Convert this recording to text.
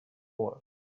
force